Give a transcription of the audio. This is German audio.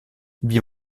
wie